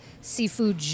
seafood